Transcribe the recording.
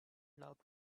love